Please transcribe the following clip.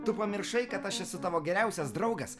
tu pamiršai kad aš esu tavo geriausias draugas